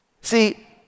See